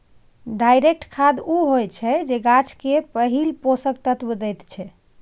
direct खाद उ होइ छै जे गाछ केँ पहिल पोषक तत्व दैत छै